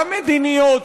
המדיניות,